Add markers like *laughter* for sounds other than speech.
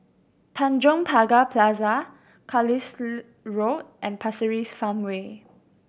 Tanjong Pagar Plaza Carlisle *unintelligible* Road and Pasir Ris Farmway